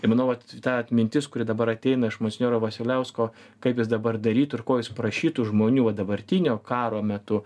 ir manau vat ta atmintis kuri dabar ateina iš monsinjoro vasiliausko kaip jis dabar darytų ir ko jis prašytų žmonių va dabartinio karo metu